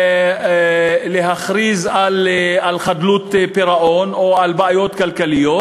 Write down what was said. להכריז על חדלות פירעון או על בעיות כלכליות,